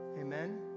Amen